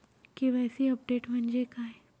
KYC update म्हणजे काय?